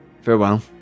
Farewell